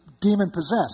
demon-possessed